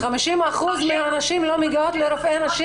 אז 50% מהנשים לא מגיעות לרופא נשים?